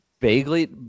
vaguely